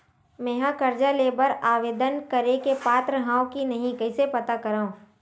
मेंहा कर्जा ले बर आवेदन करे के पात्र हव की नहीं कइसे पता करव?